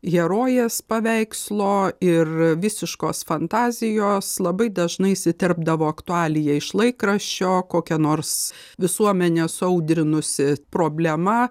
herojės paveikslo ir visiškos fantazijos labai dažnai įsiterpdavo aktualija iš laikraščio kokia nors visuomenę suaudrinusi problema